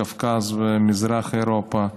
קווקז ומזרח אירופה.